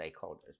stakeholders